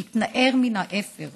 שהתנער מן האפר